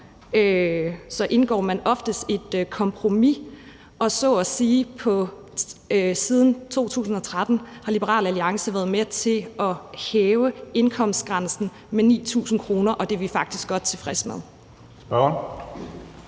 indgår man oftest et kompromis, og så at sige siden 2013 har Liberal Alliance været med til at hæve indkomstgrænsen med 9.000 kr., og det er vi faktisk godt tilfredse med.